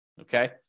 Okay